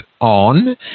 on